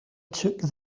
took